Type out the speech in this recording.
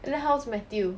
and then how's matthew